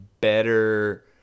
better